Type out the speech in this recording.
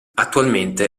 attualmente